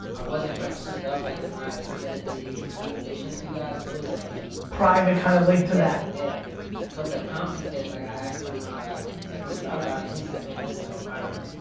i wasn't going to put it up like when i submitted the application to you guys, it was like. a private kind of link to that. yeah, yeah but the pomsey kid. like i asked him ah like what he thought about it and he's like, man, his could go viral.